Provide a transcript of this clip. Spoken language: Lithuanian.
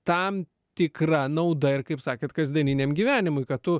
tam tikra nauda ir kaip sakėt kasdieniniam gyvenimui kad tu